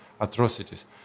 atrocities